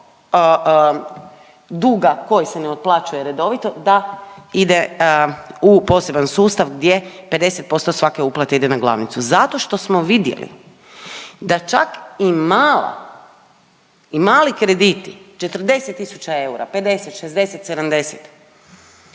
duga koji se ne otplaćuje redovito da ide u poseban sustav gdje 50% svake uplate ide na glavnicu? Zato što smo vidjeli da čak i mala, i mali krediti, 40 tisuća eura, 50. 60., 70.,